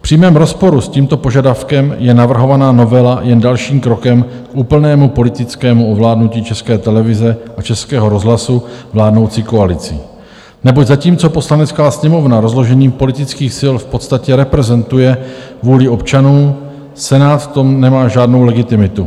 V přímém rozporu s tímto požadavkem je navrhovaná novela jen dalším krokem k úplnému politickému ovládnutí České televize a Českého rozhlasu vládnoucí koalicí, neboť zatímco Poslanecká sněmovna rozložením politických sil v podstatě reprezentuje vůli občanů, Senát v tom nemá žádnou legitimitu.